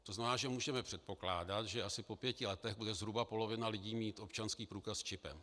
To znamená, že můžeme předpokládat, že asi po pěti letech bude zhruba polovina lidí mít občanský průkaz s čipem.